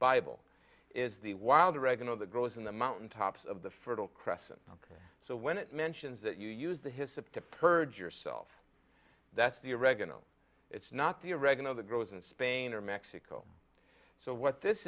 bible is the wild oregano that grows in the mountain tops of the fertile crescent ok so when it mentions that you use the hyssop to purge yourself that's the oregano it's not the oregano that grows in spain or mexico so what this